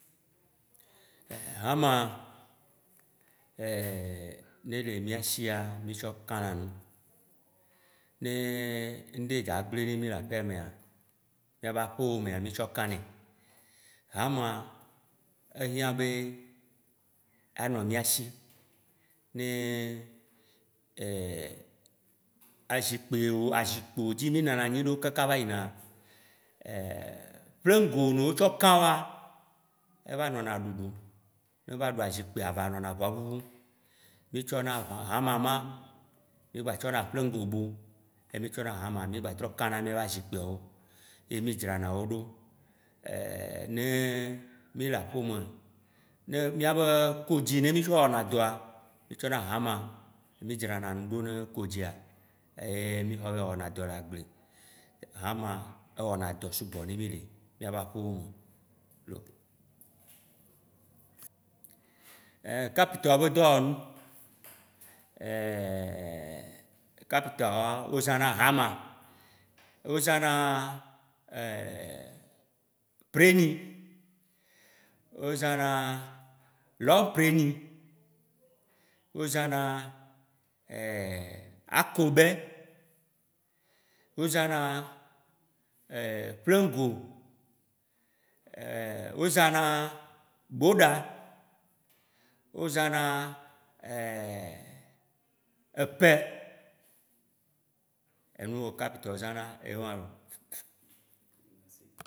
hama ɖe le mía sia mí tsɔ kã na nu. Ne ŋɖe dza gble ɖe mí le aƒea mea, mía be aƒe me mea mí tsɔ kanɛ. Hama ehiã be a nɔ mía shi ne azikpe o azikpeo dzi no nàna nyi ɖeo kaka va yina ƒlẽgu ne o tsɔ ka woa, eva nɔna ɖuɖu, eva ɖu azikpea va nɔna avɔa ʋuʋu. Míe tsɔ na ʋua- hama ma, mí gba tsɔ na plẽgu bu ye mí tsɔ na hamtrɔ kanɛ na be azikpeo ye mí dzrana wo ɖo. Ne míe le aƒe me, ne mía be kodzi ne mí tsɔ wɔna dɔa, mí tsɔ na hama ŋɖo ne kodzia, e mí xɔ vɛ wɔ na dɔ le agble. Hama ewɔna dɔ sugbɔ nɛ mí le mía be aƒe me. kapita wa be dɔwɔ nu kapita woa, o zã na hama, o zã na preni, o zã na, lɔŋ preni, o zã na akobɛ, o zã na ƒlẽgu, o zã na gboɖa, o zã na epɛ, enuao kipta o zã na ewã lo.